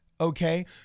okay